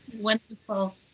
Wonderful